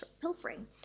pilfering